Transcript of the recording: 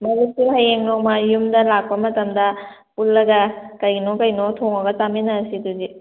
ꯃꯔꯨꯞꯇꯣ ꯍꯌꯦꯡ ꯅꯣꯡꯃ ꯌꯨꯝꯗ ꯂꯥꯛꯄ ꯃꯇꯝꯗ ꯄꯨꯜꯂꯒ ꯀꯩꯅꯣ ꯀꯩꯅꯣ ꯊꯣꯡꯉꯒ ꯆꯥꯃꯤꯟꯅꯔꯁꯦ ꯑꯗꯨꯗꯤ